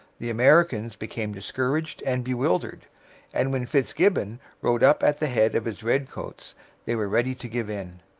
the americans became discouraged and bewildered and when fitzgibbon rode up at the head of his redcoats they were ready to give in.